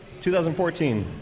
2014